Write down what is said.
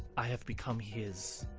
i have become his.